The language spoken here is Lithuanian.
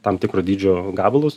tam tikro dydžio gabalus